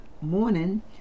morning